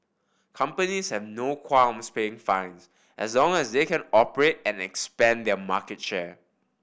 companies have no qualms paying fines as long as they can operate and expand their market share